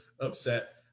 upset